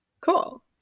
Cool